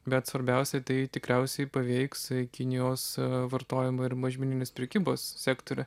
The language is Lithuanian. bet svarbiausia tai tikriausiai paveiks kinijos vartojimo ir mažmeninės prekybos sektorių